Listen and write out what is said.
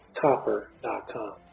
copper.com